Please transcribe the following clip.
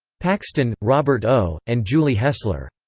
paxton, robert o, and julie hessler.